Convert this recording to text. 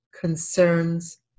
concerns